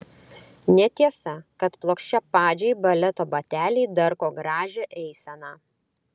netiesa kad plokščiapadžiai baleto bateliai darko gražią eiseną